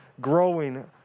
growing